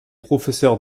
professeur